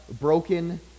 broken